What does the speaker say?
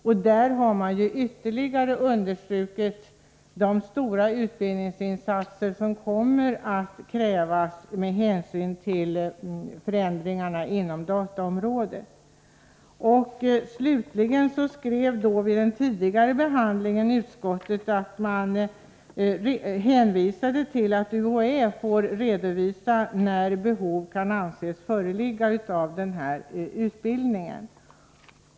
I dessa har man ytterligare understrukit att stora utbildningsinsatser kommer att krävas på grund av förändringarna inom dataområdet. Slutligen hänvisade utskottet vid den tidigare behandlingen till att UHÄ skulle redovisa när behov av den här utbildningen kunde anses föreligga.